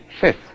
fifth